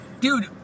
Dude